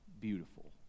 beautiful